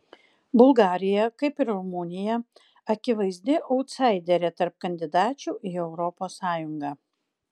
bulgarija kaip ir rumunija akivaizdi autsaiderė tarp kandidačių į europos sąjungą